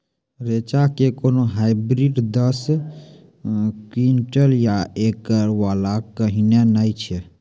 रेचा के कोनो हाइब्रिड दस क्विंटल या एकरऽ वाला कहिने नैय छै?